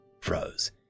froze